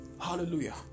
Hallelujah